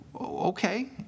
okay